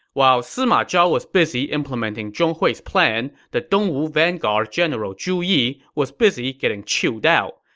while sima zhao was busy implementing zhong hui's plan, the dongwu vanguard general zhu yi was busy getting chewed out.